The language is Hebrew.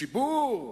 ציבור,